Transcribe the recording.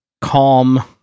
calm